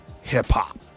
hip-hop